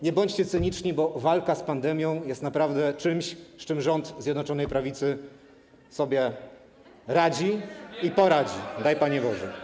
Nie bądźcie cyniczni, bo walka z pandemią jest naprawdę czymś, z czym rząd Zjednoczonej Prawicy sobie radzi i poradzi, daj Panie Boże.